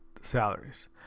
salaries